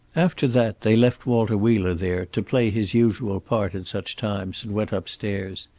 after that they left walter wheeler there, to play his usual part at such times, and went upstairs.